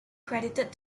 credited